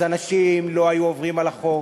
אז אנשים לא היו עוברים על החוק,